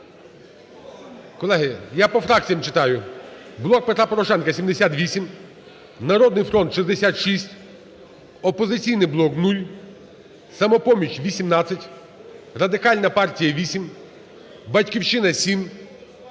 Колеги, я по фракціям читаю: "Блок Петра Порошенка" – 78, "Народний фронт" – 66, "Опозиційний блок" – 0, "Самопоміч" – 18, Радикальна партія – 8, "Батьківщина" – 7,